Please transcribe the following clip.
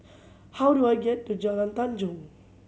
how do I get to Jalan Tanjong